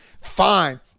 fine